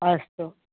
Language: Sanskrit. अस्तु